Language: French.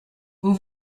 vous